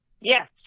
yes